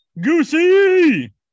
Goosey